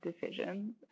decisions